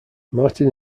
martin